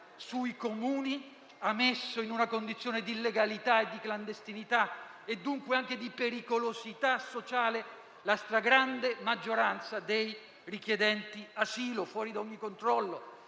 sui Comuni, ha messo in una condizione di illegalità e di clandestinità, e dunque anche di pericolosità sociale, la stragrande maggioranza dei richiedenti asilo, fuori da ogni controllo